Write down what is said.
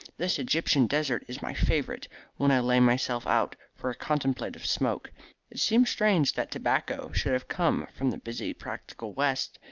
this egyptian desert is my favourite when i lay myself out for a contemplative smoke. it seems strange that tobacco should have come from the busy, practical west.